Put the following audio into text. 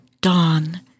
dawn